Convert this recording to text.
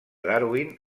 darwin